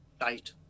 tight